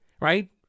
right